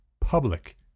public